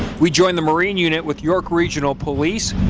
we joined the marine unit with york regional police.